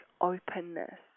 openness